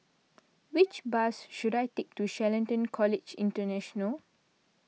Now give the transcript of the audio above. which bus should I take to Shelton College International